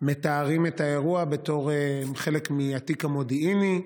מתארים את האירוע בתור חלק מהתיק המודיעיני,